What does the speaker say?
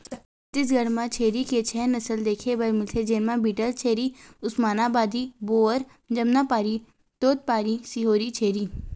छत्तीसगढ़ म छेरी के छै नसल देखे बर मिलथे, जेमा बीटलछेरी, उस्मानाबादी, बोअर, जमनापारी, तोतपारी, सिरोही छेरी